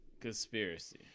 conspiracy